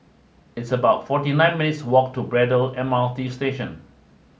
it's about forty nine minutes' walk to Braddell M R T Station